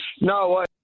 No